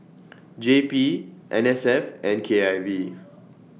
J P N S F and K I V